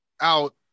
out